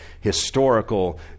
historical